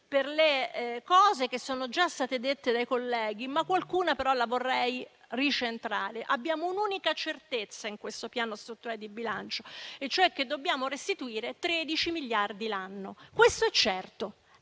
per le cose che sono già state dette dai colleghi. Qualcuna di queste cose la vorrei riprendere. Abbiamo un'unica certezza in questo Piano strutturale di bilancio, e cioè che dobbiamo restituire 13 miliardi l'anno: questo è certo